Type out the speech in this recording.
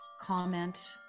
comment